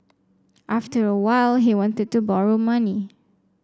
after a while he wanted to borrow money